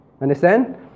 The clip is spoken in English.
understand